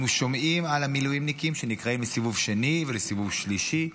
אנחנו שומעים על המילואימניקים שנקראים לסיבוב שני ולסיבוב שלישי,